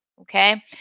okay